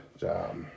job